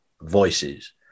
voices